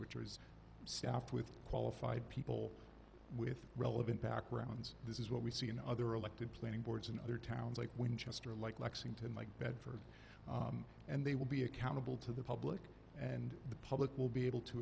which are is staffed with qualified people with relevant backgrounds this is what we see in other elected planning boards and other towns like winchester like lexington like bedford and they will be accountable to the public and the public will be able to